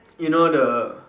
you know the